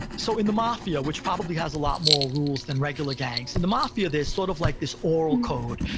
so in the mafia, which probably has a lot more rules than regular gangs, in the mafia, there's sort of like this oral code.